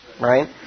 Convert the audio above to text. Right